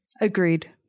Agreed